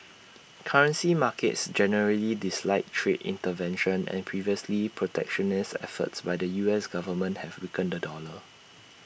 currency markets generally dislike trade intervention and previously protectionist efforts by the U S Government have weakened the dollar